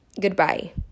Goodbye